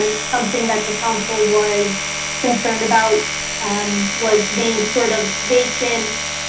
and something that the council was concerned about was the sort of vacant